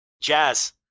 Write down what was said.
Jazz